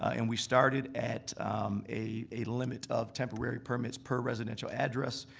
and we started at a limit of temporary permits per residential address.